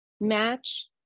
match